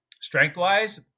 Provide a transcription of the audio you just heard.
Strength-wise